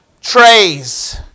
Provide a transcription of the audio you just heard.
trays